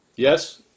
Yes